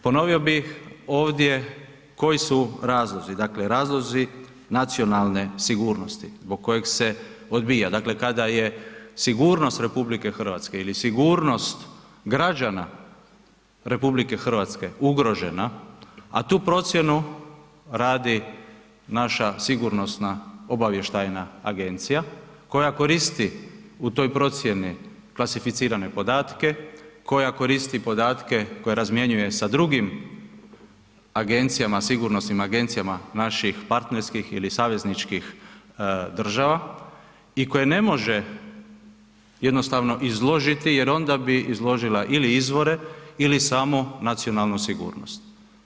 Ponovio bih ovdje koji su razlozi, dakle razlozi nacionalne sigurnosti zbog kojeg se odbija, dakle kada je sigurnost RH ili sigurnost građana RH ugrožena, a tu procjenu radi naša Sigurnosna-obavještajna agencija koja koristi u toj procjeni klasificirane podatke, koja koristi podatke koje razmjenjuje sa drugim agencijama sigurnosnim agencijama naših partnerskih ili savezničkih država i koje ne može jednostavno izložiti jer onda bi izložila ili izvore ili samu nacionalnu sigurnost.